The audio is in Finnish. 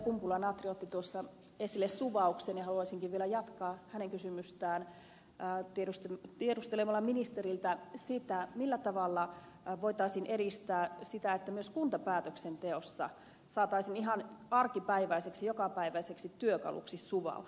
kumpula natri otti tuossa esille suvauksen ja haluaisinkin vielä jatkaa hänen kysymystään tiedustelemalla ministeriltä sitä millä tavalla voitaisiin edistää sitä että myös kuntapäätöksenteossa saataisiin ihan arkipäiväiseksi jokapäiväiseksi työkaluksi suvaus